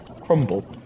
crumble